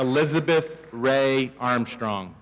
elizabeth rae armstrong